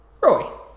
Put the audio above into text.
Roy